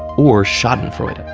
or schadenfreude.